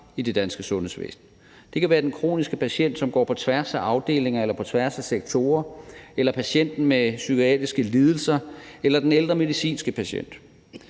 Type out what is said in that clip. i det danske sundhedsvæsen. Det kan være den kroniske patient, som går på tværs af afdelinger eller på tværs af sektorer, patienten med psykiatriske lidelser eller den ældre medicinske patient.